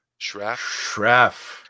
shreff